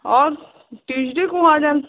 और ट्यूस्डे को आ जाना